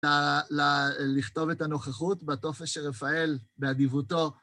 לכתוב את הנוכחות בטופס של רפאל, באדיבותו.